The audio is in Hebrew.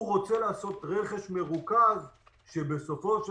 הוא רוצה לעשות רכש מרוכז שבסופו של